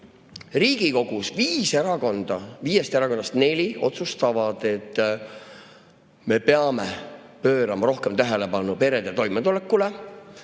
Riigikogus viiest erakonnast neli otsustab, et me peame pöörama rohkem tähelepanu perede toimetulekule,